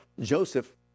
Joseph